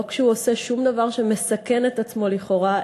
לא כשהוא עושה שום דבר שמסכן את עצמו לכאורה,